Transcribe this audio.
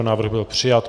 Návrh byl přijat.